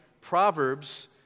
proverbs